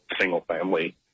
single-family